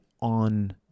on